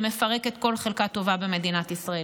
שמפרקת כל חלקה טובה במדינת ישראל.